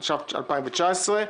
התש"ף- 2019 ,